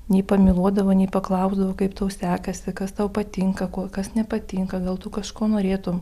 nei pamyluodavo nei paklausdavo kaip tau sekasi kas tau patinka ko kas nepatinka gal tu kažko norėtum